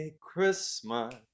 Christmas